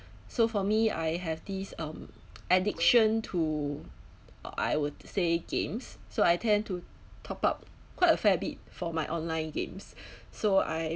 so for me I have these um addiction to uh I would say games so I tend to top up quite a fair bit for my online games so I